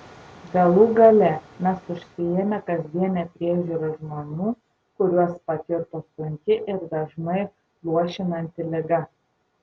galų gale mes užsiėmę kasdiene priežiūra žmonių kuriuos pakirto sunki ir dažnai luošinanti liga